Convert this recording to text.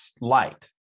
light